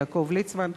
יעקב ליצמן,